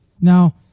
Now